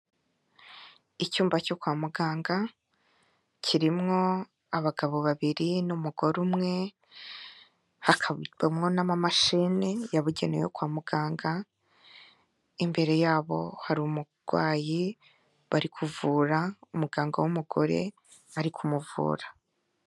Icyumba cyo kwa muganga kirimo abagabo babiri n'umugore umwe hakabikwamo n'amamashini yabugenewe yo kwa muganga, imbere yabo hari umurwayi bari kuvura, umuganga w'umugore ari kumuvura.